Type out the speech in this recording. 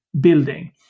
building